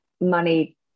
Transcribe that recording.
money